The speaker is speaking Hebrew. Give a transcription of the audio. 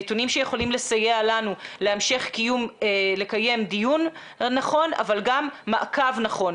הנתונים שיכולים לסייע לנו לקיים דיון נכון אבל גם מעקב נכון